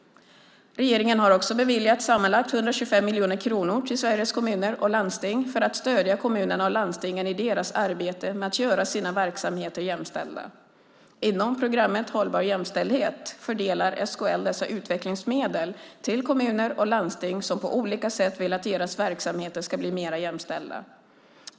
Regeringen har också beviljat sammanlagt 125 miljoner kronor till Sveriges Kommuner och Landsting för att stödja kommunerna och landstingen i deras arbete med att göra sina verksamheter jämställda. Inom programmet Hållbar jämställdhet fördelar SKL dessa utvecklingsmedel till kommuner och landsting som på olika sätt vill att deras verksamheter ska bli mer jämställda.